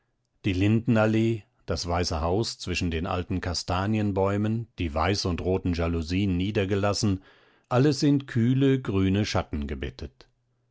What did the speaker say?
die lindenallee das weiße haus zwischen den alten kastanienbäumen die weiß und roten jalousien niedergelassen alles in kühle grüne schatten gebettet